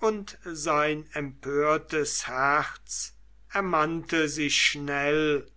und sein empörtes herz ermannte sich schnell